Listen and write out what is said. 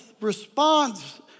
response